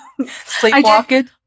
Sleepwalked